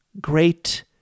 great